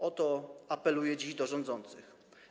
O to apeluję dziś do rządzących.